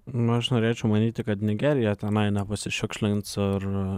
na aš norėčiau manyti kad nigerija tenai nepasišiukšlins ir